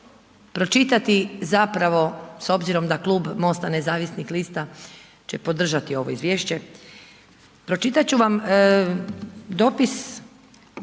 pročitati zapravo, s obzirom da Klub MOST-a nezavisnih lista će podržati ovo Izvješće, pročitat ću vam dopis